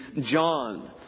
John